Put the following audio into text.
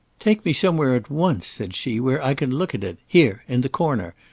take me somewhere at once, said she, where i can look at it. here! in the corner.